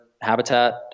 habitat